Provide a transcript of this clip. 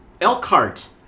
Elkhart